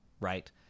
right